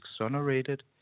exonerated